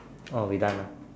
oh we done